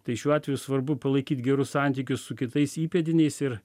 tai šiuo atveju svarbu palaikyt gerus santykius su kitais įpėdiniais ir